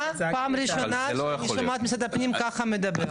שאני שומעת את משרד הפנים ככה מדבר.